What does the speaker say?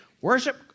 worship